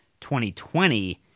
2020